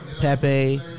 Pepe